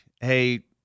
hey